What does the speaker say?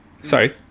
Sorry